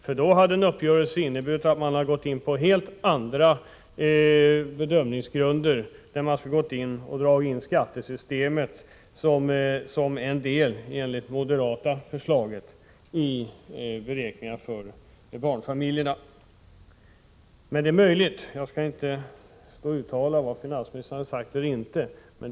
I så fall hade en uppgörelse inneburit att man hade gått in på helt andra bedömningsgrunder. Man skulle ha dragit in skattesystemet som en del av det hela, i enlighet med det moderata förslaget i fråga om beräkningarna för barnfamiljerna. Jag skall inte uttala mig om vad finansministern har sagt eller inte sagt.